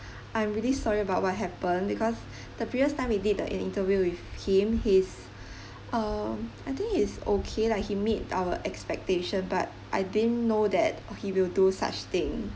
I'm really sorry about what happened because the previous time we did the interview with him he's um I think he's okay lah he meet our expectation but I didn't know that he will do such thing